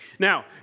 Now